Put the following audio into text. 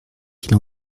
qu’il